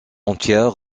entières